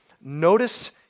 notice